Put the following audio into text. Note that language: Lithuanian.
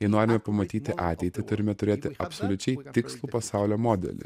jei norime pamatyti ateitį turime turėti absoliučiai tikslų pasaulio modelį